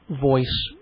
voice